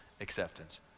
acceptance